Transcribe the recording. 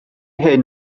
hyn